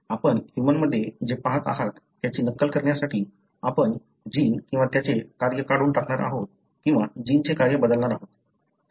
आपण ह्यूमनमध्ये जे पहात आहात त्याची नक्कल करण्यासाठी आपण जीन किंवा त्याचे कार्य काढून टाकणार आहोत किंवा जिनचे कार्य बदलणार आहोत